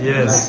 Yes